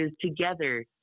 together